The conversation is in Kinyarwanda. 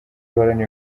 ihorana